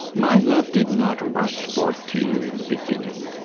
my love did not rush forth to you in the beginning.